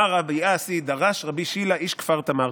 "אמר רבי אסי דרש רבי שילא איש כפר תמרתא: